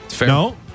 no